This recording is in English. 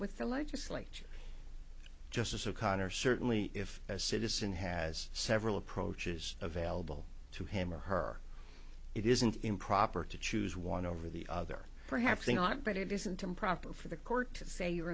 with the legislature justice o'connor certainly if as a citizen has several approaches available to him or her it isn't improper to choose one over the other perhaps not but it isn't improper for the court to say you